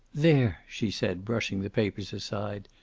there! she said, brushing the papers aside.